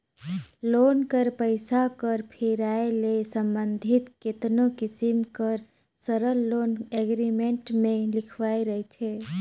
loan कर पइसा कर फिराए ले संबंधित केतनो किसिम कर सरल लोन एग्रीमेंट में लिखाए रहथे